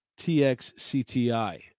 TXCTI